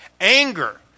anger